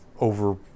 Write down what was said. over